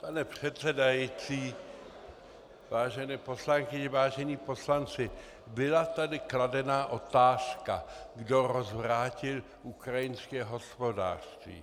Pane předsedající, vážené poslankyně, vážení poslanci, byla tady kladena otázka, kdo rozvrátil ukrajinské hospodářství.